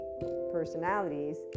personalities